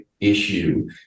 issue